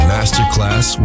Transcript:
Masterclass